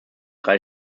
drei